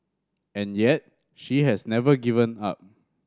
and yet she has never given up